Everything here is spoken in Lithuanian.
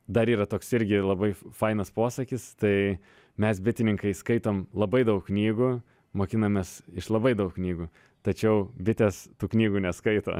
dar yra toks irgi labai f fainas posakis tai mes bitininkai skaitom labai daug knygų mokinamės iš labai daug knygų tačiau bitės tų knygų neskaito